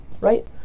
right